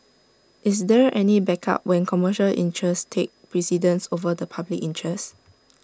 is there any backup when commercial interests take precedence over the public interest